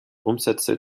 umsätze